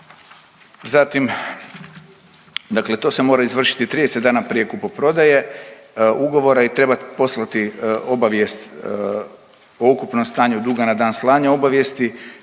zatim dakle to se mora izvršiti 30 dana prije kupoprodaje ugovora i treba poslati obavijest o ukupnom stanju duga na dan slanja obavijesti